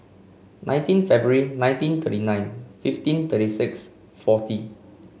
nineteen February nineteen thirty nine fifteen thirty six forty